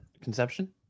conception